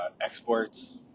exports